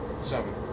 seven